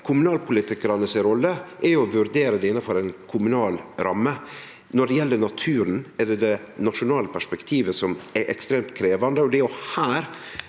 kommunalpolitikarane er å vurdere det innanfor ei kommunal ramme. Når det gjeld naturen, er det det nasjonale perspektivet som er ekstremt krevjande,